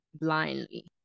blindly